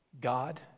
God